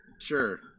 Sure